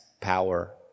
power